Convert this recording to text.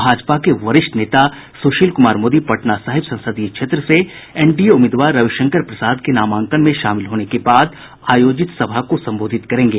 भाजपा के वरिष्ठ नेता सुशील कुमार मोदी पटना साहिब संसदीय क्षेत्र से एनडीए उम्मीदवार रविशंकर प्रसाद के नामांकन में शामिल होने के बाद आयोजित सभा को संबोधित करेंगे